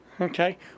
Okay